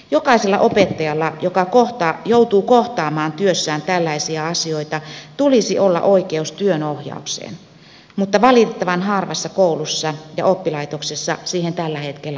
jokaisella opettajalla joka joutuu kohtaamaan työssään tällaisia asioita tulisi olla oikeus työnohjaukseen mutta valitettavan harvassa koulussa ja oppilaitoksessa siihen tällä hetkellä on mahdollisuutta